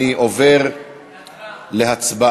אני עובר להצבעה.